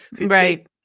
Right